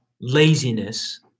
laziness